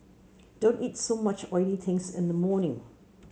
don't eat so much oily things in the morning